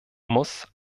muss